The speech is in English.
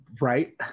right